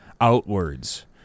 outwards